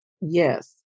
Yes